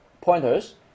pointers